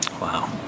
Wow